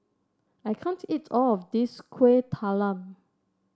I can't eat all of this Kuih Talam